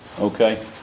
okay